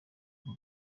papa